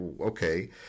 okay